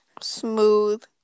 Smooth